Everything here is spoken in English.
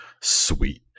sweet